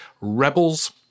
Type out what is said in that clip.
rebels